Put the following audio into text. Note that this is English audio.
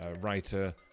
writer